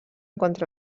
contra